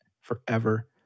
forever